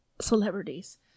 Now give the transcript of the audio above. celebrities